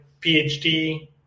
PhD